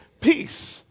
peace